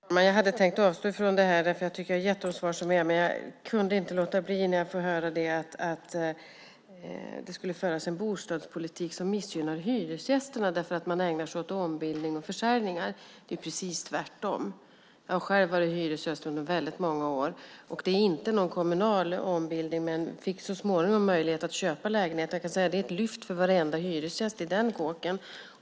Herr talman! Jag hade tänkt avstå från det här inlägget, eftersom jag tycker att jag har gett de svar som finns. Men jag kunde inte låta bli när jag fick höra att det skulle föras en bostadspolitik som missgynnar hyresgästerna därför att man ägnar sig åt ombildning och försäljningar. Det är precis tvärtom. Jag har själv varit hyresgäst under väldigt många år. Det var inte någon kommunal ombildning, men man fick så småningom möjlighet att köpa lägenheten. Jag kan säga att det är ett lyft för varenda hyresgäst i den kåken.